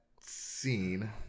scene